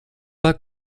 pas